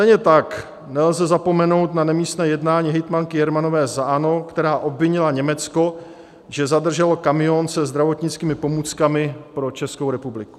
Stejně tak nelze zapomenout na nemístné jednání hejtmanky Jermanové za ANO, která obvinila Německo, že zadrželo kamion se zdravotnickými pomůckami pro Českou republiku.